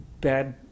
bad